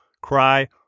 cry